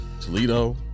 Toledo